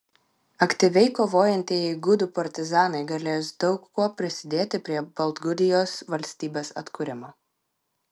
aktyviai kovojantieji gudų partizanai galės daug kuo prisidėti prie baltgudijos valstybės atkūrimo